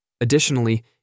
Additionally